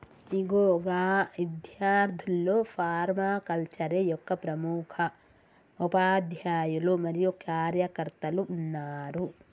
ఇగో గా ఇద్యార్థుల్లో ఫర్మాకల్చరే యొక్క ప్రముఖ ఉపాధ్యాయులు మరియు కార్యకర్తలు ఉన్నారు